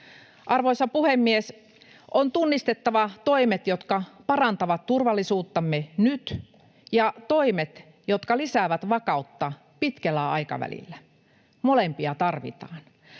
Arvoisa puhemies! On tunnistettava toimet, jotka parantavat turvallisuuttamme nyt, ja toimet, jotka lisäävät vakautta pitkällä aikavälillä. Molempia tarvitaan.